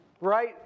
right